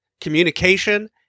communication